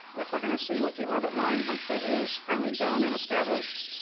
like we're going to see with the orbt line once that is apparently done and established.